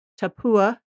Tapua